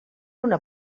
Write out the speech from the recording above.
una